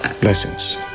Blessings